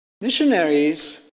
missionaries